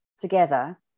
together